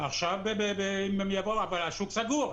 השוק סגור.